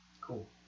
Cool